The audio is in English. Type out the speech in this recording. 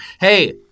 Hey